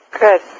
Good